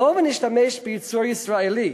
בואו נשתמש בייצור ישראלי,